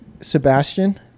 Sebastian